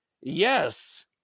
Yes